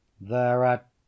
Thereat